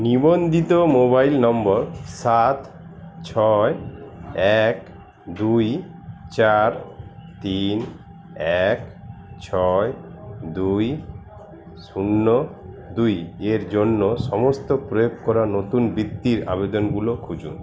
নিবন্ধিত মোবাইল নম্বর সাত ছয় এক দুই চার তিন এক ছয় দুই শূন্য দুইয়ের জন্য সমস্ত প্রয়োগ করা নতুন বৃত্তির আবেদনগুলো খুঁজুন